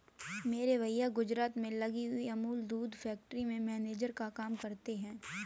मेरे भैया गुजरात में लगी हुई अमूल दूध फैक्ट्री में मैनेजर का काम करते हैं